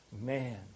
Man